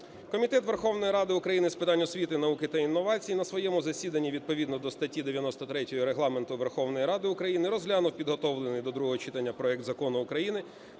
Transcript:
Комітет Верховної Ради України з питань освіти, науки та інновацій на своєму засіданні відповідно до статті 93 Регламенту Верховної Ради України розглянув підготовлений до другого читання проект Закону України